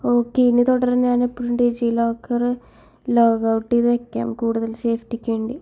okay ഇനി തൊട്ട് ഞാൻ എപ്പോഴും ഡിജി ലിക്കർ ലോഗൗട്ട് ചെയ്ത് വെക്കാം കൂടുതൽ സേഫ്റ്റിക്ക് വേണ്ടി